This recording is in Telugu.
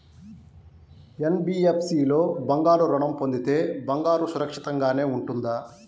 ఎన్.బీ.ఎఫ్.సి లో బంగారు ఋణం పొందితే బంగారం సురక్షితంగానే ఉంటుందా?